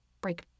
break